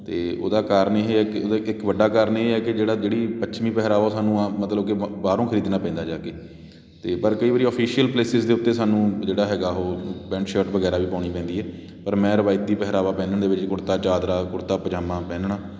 ਅਤੇ ਉਹਦਾ ਕਾਰਨ ਇਹ ਹੈ ਕਿ ਉਹਦਾ ਇੱਕ ਵੱਡਾ ਕਾਰਨ ਇਹ ਹੈ ਕਿ ਜਿਹੜਾ ਜਿਹੜੀ ਪੱਛਮੀ ਪਹਿਰਾਵਾ ਉਹ ਸਾਨੂੰ ਮਤਲਬ ਕਿ ਬ ਬਾਹਰੋਂ ਖਰੀਦਣਾ ਪੈਂਦਾ ਜਾ ਕੇ ਅਤੇ ਪਰ ਕਈ ਵਾਰੀ ਓਫੀਸ਼ੀਅਲ ਪਲੈਸਿਸ ਦੇ ਉੱਤੇ ਸਾਨੂੰ ਜਿਹੜਾ ਹੈਗਾ ਉਹ ਪੈਂਟ ਸ਼ਰਟ ਵਗੈਰਾ ਵੀ ਪਾਉਣੀ ਪੈਂਦੀ ਹੈ ਪਰ ਮੈਂ ਰਵਾਇਤੀ ਪਹਿਰਾਵਾ ਪਹਿਨਣ ਦੇ ਵਿੱਚ ਕੁੜਤਾ ਚਾਦਰਾ ਕੁੜਤਾ ਪਜਾਮਾ ਪਹਿਨਣਾ